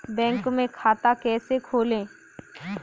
Bank में खाता कैसे खोलें?